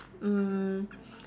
mm